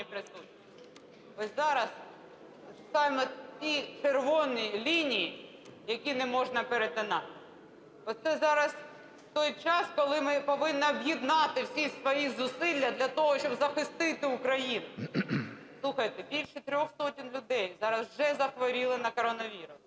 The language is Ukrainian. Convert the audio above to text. перетинаєте ті ці червоні лінії, які не можна перетинати. Оце зараз той час, коли ми повинні об'єднати всі свої зусилля для того, щоб захистити Україну. Слухайте, більше трьох сотень людей зараз вже захворіли на коронавірус,